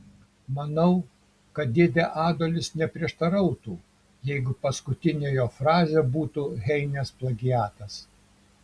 manau kad dėdė adolis neprieštarautų jeigu paskutinė jo frazė būtų heinės plagiatas